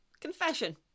Confession